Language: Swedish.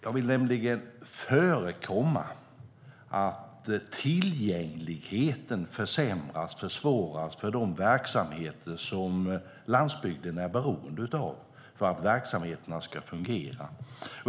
Jag vill nämligen förekomma att tillgängligheten försämras och försvåras för de verksamheter som landsbygden är beroende av för att fungera.